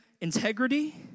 integrity